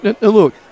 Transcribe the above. Look